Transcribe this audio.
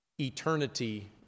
eternity